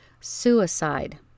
suicide